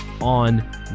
on